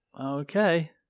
okay